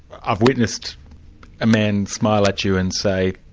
i've witnessed a man smile at you and say,